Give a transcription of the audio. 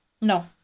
no